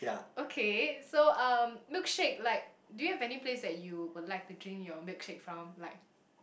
okay so um milkshake like do you have any place that you would like to drink your milkshake from like